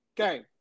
Okay